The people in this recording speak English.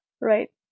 right